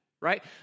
right